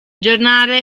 giornale